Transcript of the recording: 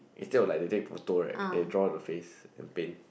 instead of like they take photo right they draw the face and paint